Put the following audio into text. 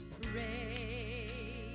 pray